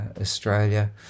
Australia